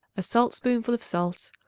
a salt-spoonful of salt,